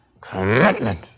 commitment